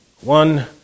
one